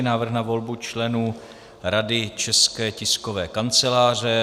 Návrh na volbu členů Rady České tiskové kanceláře